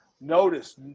Notice